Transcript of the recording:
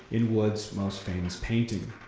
in wood's most famous painting.